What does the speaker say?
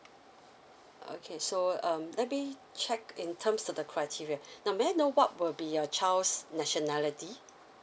okay so um let me check in terms of the criteria now may I know what will be your child's nationality